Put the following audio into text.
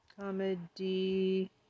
Comedy